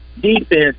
defense